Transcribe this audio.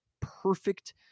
perfect